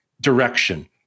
direction